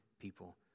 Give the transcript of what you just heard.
people